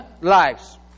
lives